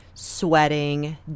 Sweating